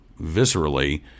viscerally